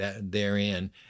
therein